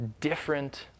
different